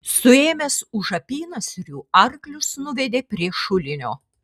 suėmęs už apynasrių arklius nuvedė prie šulinio